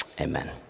amen